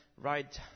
Right